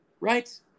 right